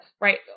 right